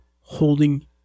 holding